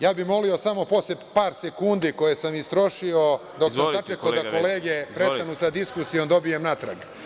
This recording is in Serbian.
Ja bih molio da posle par sekundi koje sam istrošio dok sam sačekao da kolege prestanu sa diskusijom dobijem natrag.